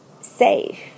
safe